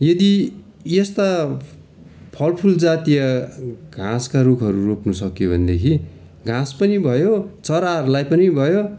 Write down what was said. यदि यस्ता फल फुल जातीय घाँसका रुखहरू रोप्नु सकियो भनेदेखि घाँस पनि भयो चराहरूलाई पनि भयो